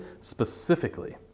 specifically